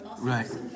Right